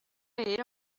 era